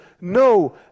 no